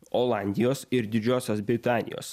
olandijos ir didžiosios britanijos